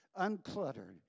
uncluttered